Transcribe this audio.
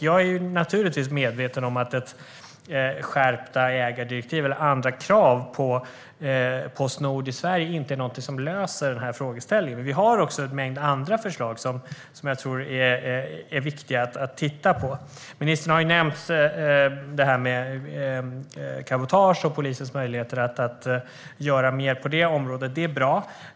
Jag är naturligtvis medveten om att skärpta ägardirektiv eller andra krav på Postnord i Sverige inte löser den här frågan. Men vi har också en mängd andra förslag som nog är viktiga att titta på. Ministern har nämnt detta med cabotage och polisens möjligheter att göra mer på det området. Det är bra.